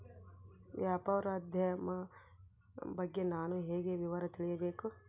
ವ್ಯಾಪಾರೋದ್ಯಮ ಬಗ್ಗೆ ನಾನು ಹೇಗೆ ವಿವರ ತಿಳಿಯಬೇಕು?